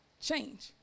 change